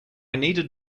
needed